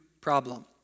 problem